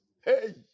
hey